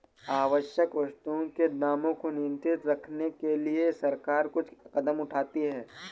आवश्यक वस्तुओं के दामों को नियंत्रित रखने के लिए सरकार कुछ कदम उठाती है